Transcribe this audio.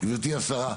גברתי השרה,